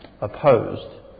opposed